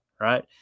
right